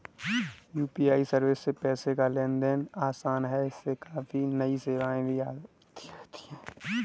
UPI service से पैसे का लेन देन आसान है इसमें काफी नई सेवाएं भी आती रहती हैं